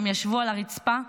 הם ישבו על הרצפה,